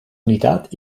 unitat